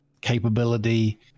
capability